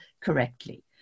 correctly